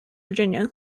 virginia